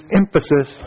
emphasis